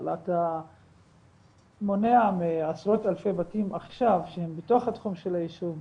אבל אתה מונע מעשרות אלפי בתים חשמל עכשיו שהם בתוך התחום של הישוב,